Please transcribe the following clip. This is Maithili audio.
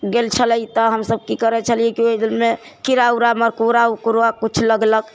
गेल छलै तऽ हमसब की करै छलि कि ओइमे कीड़ा उड़ा मकोड़ा कुछ लगलक